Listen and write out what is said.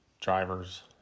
drivers